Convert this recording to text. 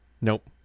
Nope